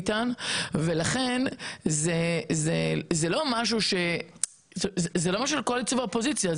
לכן זה לא משהו של קואליציה ואופוזיציה.